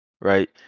right